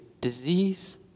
disease